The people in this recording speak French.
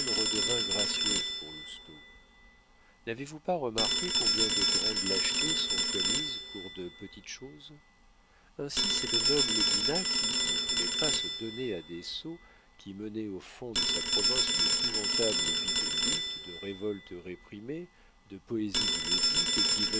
redevint gracieuse pour lousteau n'avez-vous pas remarqué combien de grandes lâchetés sont commises pour de petites choses ainsi cette noble dinah qui ne voulait pas se donner à des sots qui menait au fond de sa province une épouvantable vie de luttes de révoltes réprimées de poésies inédites